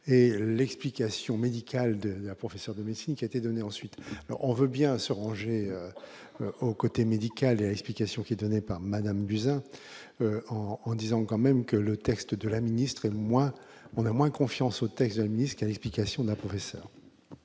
et l'explication médicale de la professeur de médecine, qui était donné ensuite : on veut bien se ranger au côté médical, explication qui est donnée par Madame Buzyn en en disant quand même que le texte de la ministre et le moins, on a moins confiance autre examiner ce qui est l'explication d'un professeur.